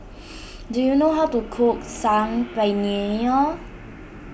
do you know how to cook Saag Paneer